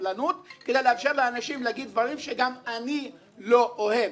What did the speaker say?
סובלנות כדי לאפשר לאנשים להגיד דברים שגם אני לא אוהב.